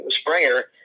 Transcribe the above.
Springer